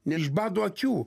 neišbado akių